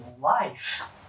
life